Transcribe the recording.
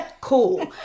cool